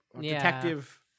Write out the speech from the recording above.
Detective